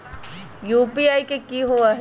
UPI कि होअ हई?